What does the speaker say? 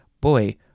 Boy